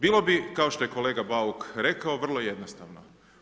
Bilo bi, kao što je kolega Bauk rekao, vrlo jednostavno.